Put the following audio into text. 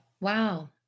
Wow